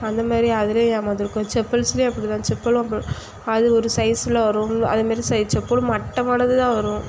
அந்த மாரி அதுலையும் ஏமாந்து இருக்கோம் செப்பல்ஸ்லையும் அப்படி தான் செப்பலும் அப் அது ஒரு சைஸில் வரும் அதேமாரி செ செப்பலும் மட்டமானது தான் வரும்